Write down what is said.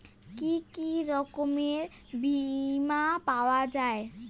কি কি রকমের বিমা পাওয়া য়ায়?